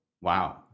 Wow